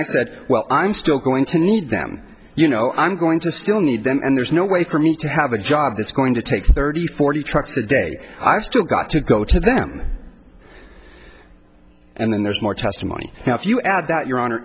i said well i'm still going to need them you know i'm going to still need them and there's no way for me to have a job that's going to take thirty forty trucks a day i've still got to go to them and then there's more testimony now if you add that your hon